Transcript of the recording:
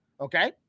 Okay